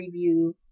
preview